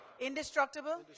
indestructible